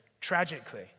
tragically